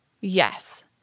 Yes